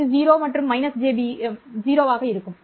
இது 0 மற்றும் jb க்கு இருக்கும்